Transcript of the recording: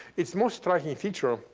its most striking feature,